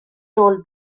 toll